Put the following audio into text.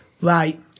Right